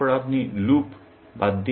তারপর আপনি লুপ বাদ দিন